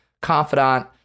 confidant